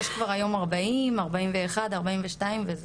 יש כבר היום 40 ₪ או 41-42 ₪ לשעה,